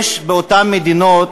ובאותן מדינות,